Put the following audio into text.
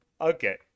Okay